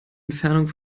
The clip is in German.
entfernung